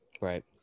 right